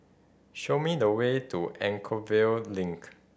show me the way to Anchorvale Link